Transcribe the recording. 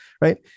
right